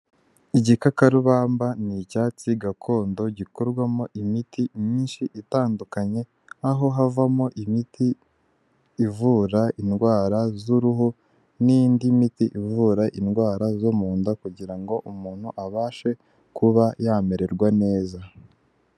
Igikakarubamba ni icyatsi gakondo gikorwamo imiti myinshi itandukanye, aho havamo imiti ivura indwara z'uruhu n'indi miti ivura indwara zo mu nda kugira ngo umuntu abashe kuba yamererwa neza.